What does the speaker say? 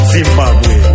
Zimbabwe